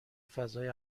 فضای